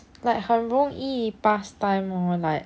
like 很容易 pass time lor like